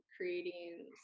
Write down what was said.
creating